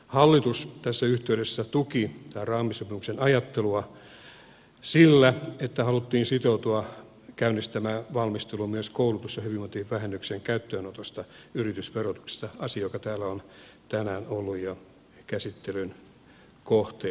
hallitus tässä yhteydessä tuki tämän raamisopimuksen ajattelua sillä että haluttiin sitoutua käynnistämään valmistelu myös koulutus ja hyvinvointivähennyksen käyttöönotosta yritysverotuksessa asia joka täällä on tänään ollut jo käsittelyn kohteena